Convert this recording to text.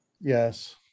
Yes